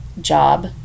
job